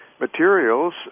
materials